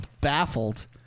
baffled